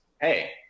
Hey